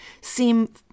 seem